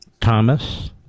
Thomas